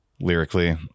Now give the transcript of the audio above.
lyrically